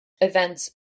events